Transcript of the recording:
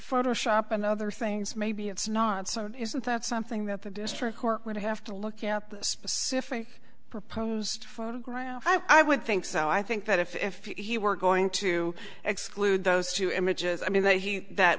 photoshop and other things maybe it's not so isn't that something that the district court would have to look at the specific proposed photograph i would think so i think that if he were going to exclude those two images i mean that he that